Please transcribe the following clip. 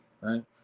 right